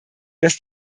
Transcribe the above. dass